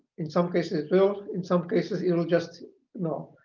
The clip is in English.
in some cases it will. in some cases it will just, you know,